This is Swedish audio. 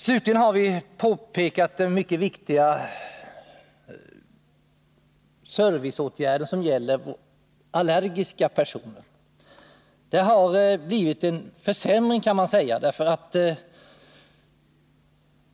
Slutligen har vi påpekat att det har skett en försämring av servicen för allergiska personer.